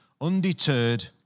Undeterred